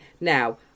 Now